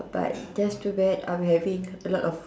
but that's too bad I'm having a lot